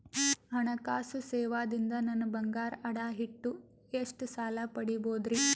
ಹಣಕಾಸು ಸೇವಾ ದಿಂದ ನನ್ ಬಂಗಾರ ಅಡಾ ಇಟ್ಟು ಎಷ್ಟ ಸಾಲ ಪಡಿಬೋದರಿ?